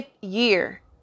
year